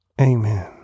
Amen